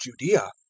Judea